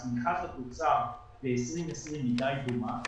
צמיחת התוצר ב-2020 היא די דומה.